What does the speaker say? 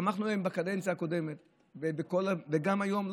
תמכנו בהם בקדנציה הקודמת וגם היום,